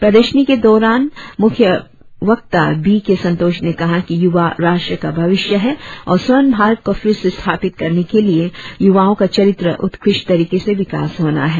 प्रदर्शनी के मुख्य वक्ता बी के संतोष ने कहा कि युवा राष्ट्र का भविष्य है और स्वर्ण भारत को फिर से स्थापित करने के लिए युवाओ का चरित्र उत्कृष्ट तरिके से विकास होना है